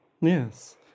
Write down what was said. Yes